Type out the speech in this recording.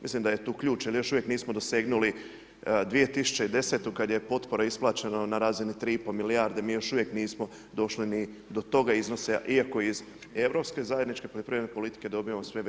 Mislim da je tu ključ, jer još uvijek nismo dosegnuli 2010. kad je potpora isplaćena na razini 3,5 milijarde, mi još uvijek nismo došli ni do toga iznosa, iako iz europske zajedničke poljoprivredne politike dobivamo sve veći udio.